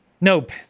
nope